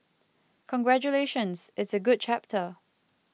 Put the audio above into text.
congratulations it's a good chapter